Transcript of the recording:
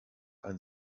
ein